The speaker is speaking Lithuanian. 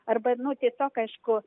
arba nu tiesiog aišku